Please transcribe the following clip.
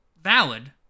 valid